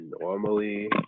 normally